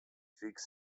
fix